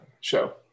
show